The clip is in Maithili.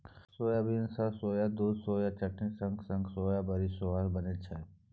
सोयाबीन सँ सोया दुध आ सोया चटनी संग संग सोया बरी सेहो बनै छै